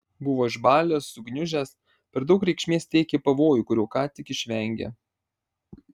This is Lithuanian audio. buvo išbalęs sugniužęs per daug reikšmės teikė pavojui kurio ką tik išvengė